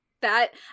that-